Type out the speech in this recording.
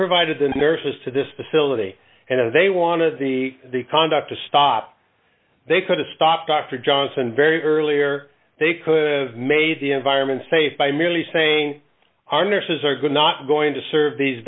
provided the nurses to this facility and they wanted the the conduct to stop they could to stop dr johnson very earlier they could have made the environment safe by merely saying our nurses are good not going to serve these